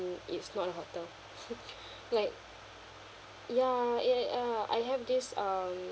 it's not a hotel like ya eh eh uh I have this um